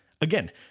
Again